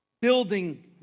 Building